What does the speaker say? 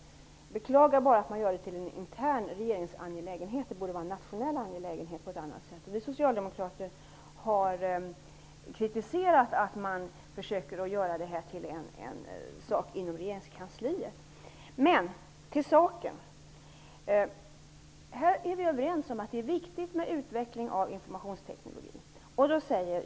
Jag beklagar bara att man gör det till en intern regeringsangelägenhet. Det borde vara en nationell angelägenhet. Vi socialdemokrater har kritiserat att man försöker göra det till en sak inom regeringskansliet. Till saken: Vi är överens om att det är viktigt med utveckling av informationsteknologin.